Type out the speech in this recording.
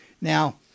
Now